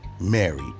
married